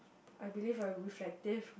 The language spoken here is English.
I believe a reflective